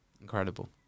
Incredible